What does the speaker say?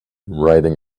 riding